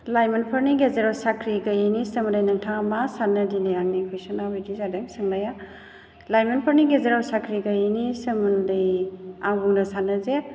लाइमोनफोरनि गेजेराव साख्रि गैयैनि सोमोन्दै नोंथाङा मा सानो दिनै आंनि कुयसना बिदि जादों सोंनाया लाइमोनफोरनि गेजेराव साख्रि गैयैनि सोमोन्दै आं बुंनो सानो जे